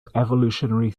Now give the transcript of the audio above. evolutionary